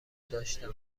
داشتم